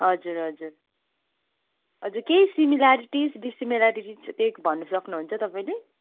हजुर हजुर हजु केही सिमिलरिटिस् डिससिमिल्यारटिस् केही भन्नु सक्नुहुन्छ तपाईँले